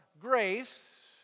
grace